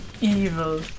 evil